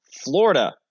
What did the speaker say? Florida